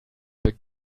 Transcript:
the